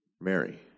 Mary